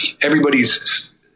everybody's